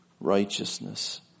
righteousness